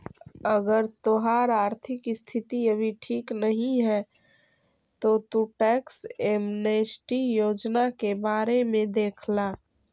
अगर तोहार आर्थिक स्थिति अभी ठीक नहीं है तो तु टैक्स एमनेस्टी योजना के बारे में देख ला